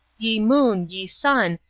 ye moon, ye sun,